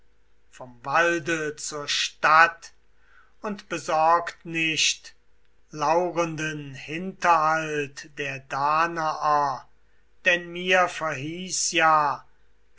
vorn walde zur stadt und besorgt nicht laurenden hinterhalt der danaer denn mir verhieß ja